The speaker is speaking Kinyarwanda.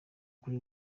kuri